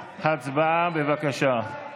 הצבעה, בבקשה.